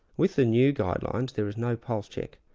with the new guidelines there is no pulse check.